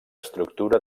estructura